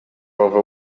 over